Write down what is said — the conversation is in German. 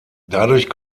dadurch